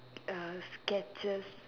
uh sketches